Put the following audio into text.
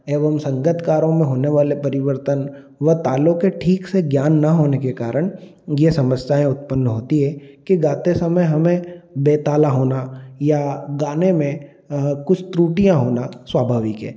एवं संगतकारो में होने वाले परिवर्तन व तालों के ठीक से ज्ञान न होने के कारण ये समस्याएँ उत्पन्न होती हैं कि गाते समय हमें बेताला होना या गाने में कुछ त्रुटियाँ होना स्वभाविक है